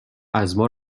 ازما